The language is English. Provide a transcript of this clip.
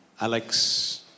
Alex